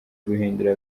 guhindura